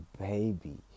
baby